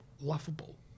laughable